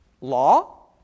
Law